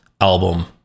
album